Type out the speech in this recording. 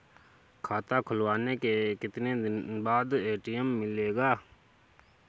खाता खुलवाने के कितनी दिनो बाद ए.टी.एम मिलेगा?